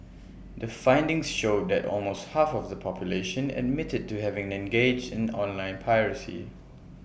the findings showed that almost half of the population admitted to having engaged in online piracy